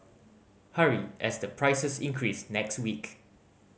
hurry as the prices increase next week